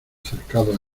cercados